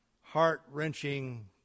heart-wrenching